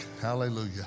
hallelujah